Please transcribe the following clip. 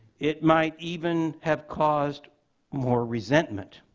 it might even have caused more resentment.